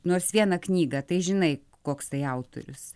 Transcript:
nors vieną knygą tai žinai koks tai autorius